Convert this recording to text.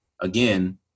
again